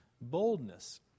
boldness